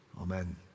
Amen